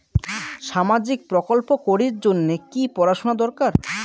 সামাজিক প্রকল্প করির জন্যে কি পড়াশুনা দরকার?